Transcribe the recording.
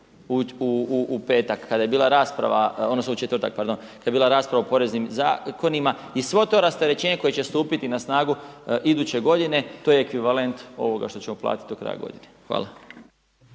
u petak kada je bila rasprava, odnosno u četvrtak, pardon, kada je bila rasprava o poreznim zakonima i svo to rasterećenje koje će stupiti na snagu iduće godine, to je ekvivalent ovoga što ćemo platiti do kraja godine. Hvala.